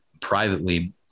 privately